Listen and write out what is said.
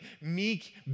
Meek